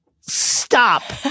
stop